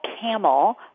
camel